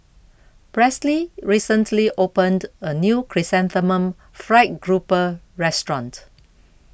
Presley recently opened a new Chrysanthemum Fried Grouper restaurant